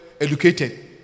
educated